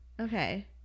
Okay